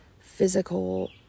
physical